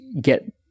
get